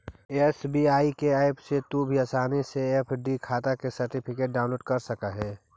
SBI के app से भी तू आसानी से एफ.डी खाटा के सर्टिफिकेट डाउनलोड कर सकऽ हे